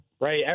right